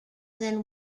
than